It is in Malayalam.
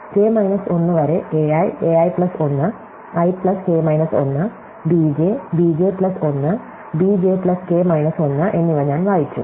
k മൈനസ് 1 വരെ a i a i plus 1 i plus k minus 1 b j b j plus 1 b j plus k minus 1 എന്നിവ ഞാൻ വായിച്ചു